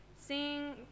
seeing